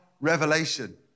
revelation